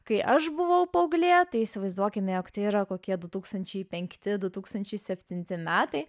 kai aš buvau paauglė tai įsivaizduokime jog tai yra kokie du tūkstančiai penkti du tūkstančiai septinti metai